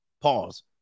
Pause